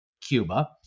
Cuba